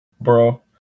bro